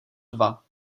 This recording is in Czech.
dva